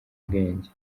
ubwenge